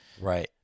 Right